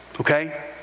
Okay